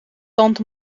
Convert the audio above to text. tand